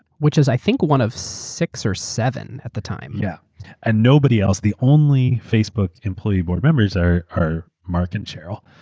which is i think one of six or seven at the time. yeah and nobody else. the only facebook employee board members are are mark and sheryl,